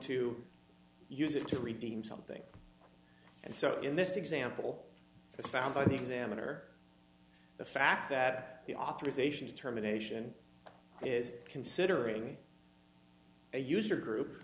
to use it to redeem something and so in this example it's found by the examiner the fact that the authorization determination is considering a user group